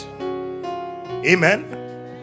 amen